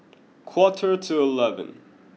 quarter to eleven